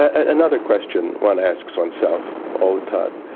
and another question one asks oneself all the time.